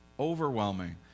overwhelming